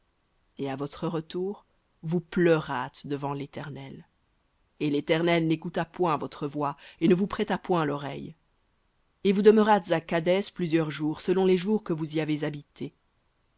et à votre retour vous pleurâtes devant l'éternel et l'éternel n'écouta point votre voix et ne vous prêta point loreille et vous demeurâtes à kadès plusieurs jours selon les jours que vous y avez habité